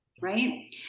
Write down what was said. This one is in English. right